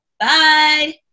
bye